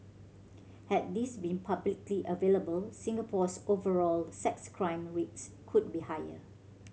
had these been publicly available Singapore's overall sex crime rates could be higher